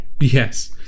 Yes